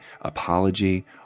apology